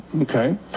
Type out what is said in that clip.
Okay